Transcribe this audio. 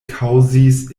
kaŭzis